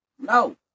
No